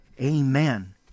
Amen